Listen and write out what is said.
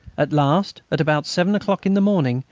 at last, at about seven o'clock in the morning,